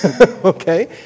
Okay